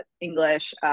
English